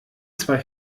zwei